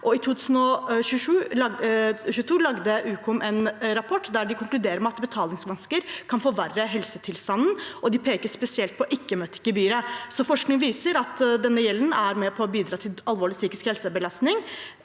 I 2022 laget Ukom en rapport der en konkluderer med at betalingsvansker kan forverre helsetilstanden, og en peker spesielt på ikke møtt-gebyret. Forskning viser at denne gjelden er med på å bidra til alvorlig psykisk helsebelastning.